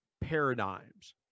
paradigms